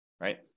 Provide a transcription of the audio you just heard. right